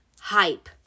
hype